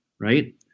right